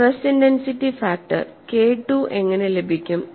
stress intensity factor K II എങ്ങനെ ലഭിക്കും